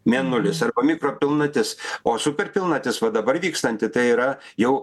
mėnulis arba mikropilnatis o superpilnatis va dabar vykstanti tai yra jau